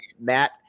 Matt